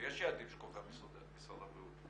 ויש יעדים שקובע משרד הבריאות,